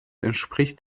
entspricht